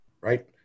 right